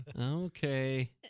Okay